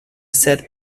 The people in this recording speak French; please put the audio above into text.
cette